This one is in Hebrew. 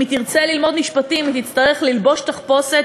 אם היא תרצה ללמוד משפטים היא תצטרך ללבוש תחפושת